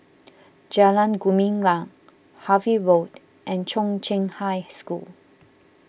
Jalan Gumilang Harvey Road and Chung Cheng High School